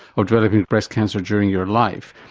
ah developing breast cancer during your life.